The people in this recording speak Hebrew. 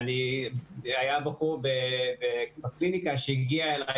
היה בחור בקליניקה שהגיע אליי,